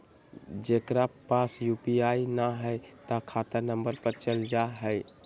जेकरा पास यू.पी.आई न है त खाता नं पर चल जाह ई?